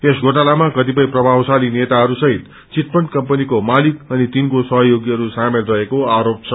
यस घोटालामा क्रतिपय प्रभावशाली नेताहरू सहित विटफण्ड कम्पनीको मालिक अनि तिनको सहयोगीहरू सामेल रहेको आरोप छ